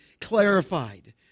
clarified